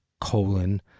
colon